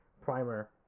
primer